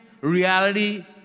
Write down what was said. reality